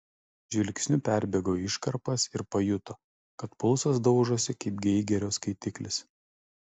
žvilgsniu perbėgo iškarpas ir pajuto kad pulsas daužosi kaip geigerio skaitiklis